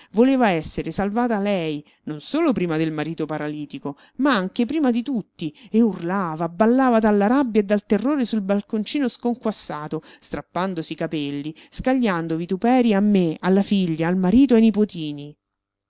voleva essere salvata lei non solo prima del marito paralitico ma anche prima di tutti e urlava ballava dalla rabbia e dal terrore sul balconcino sconquassato strappandosi i capelli scagliando vituperii a me alla figlia al marito ai nipotini